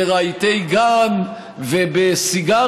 ברהיטי גן ובסיגרים,